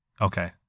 Okay